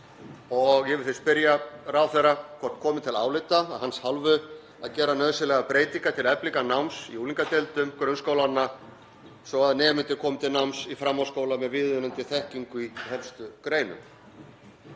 Ég vil því spyrja ráðherra hvort komi til álita af hans hálfu að gera nauðsynlegar breytingar til eflingar náms í unglingadeildum grunnskólanna svo að nemendur komi til náms í framhaldsskóla með viðunandi þekkingu í helstu greinum.